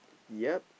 yup